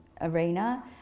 arena